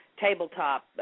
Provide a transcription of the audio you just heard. tabletop